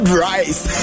rice